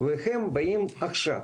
והם מתבצעים עכשיו.